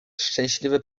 szczęśliwy